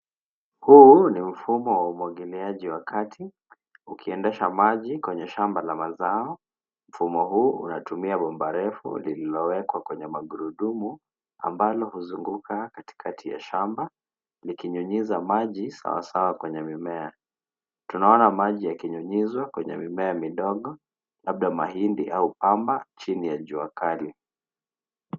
Huu ni mfumo wa umwangiliaji wa kati ukiendesha maji kwenye shamba la mazao. Mfumo huu unatumia bomba refu lililowekwa kwenye magurudumu ambalo huzunguka katikati ya shamba likinyunyiza maji sawasawa kwenye mimea. Tunaona maji yakinyunyizwa kwenye mimea midogo labda mahindi au pamba chini ya jua kali.